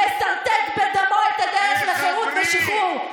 מסרטט בדמו את הדרך לחירות ושחרור.